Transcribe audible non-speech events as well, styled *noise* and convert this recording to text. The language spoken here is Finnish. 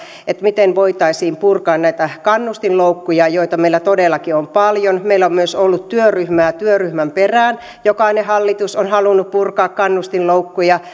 miten voitaisiin purkaa näitä kannustinloukkuja joita meillä todellakin on paljon meillä on myös ollut työryhmää työryhmän perään jokainen hallitus on halunnut purkaa kannustinloukkuja *unintelligible*